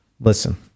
Listen